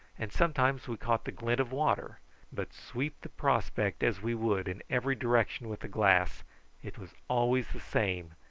and sometimes we caught the glint of water but sweep the prospect as we would in every direction with the glass it was always the same,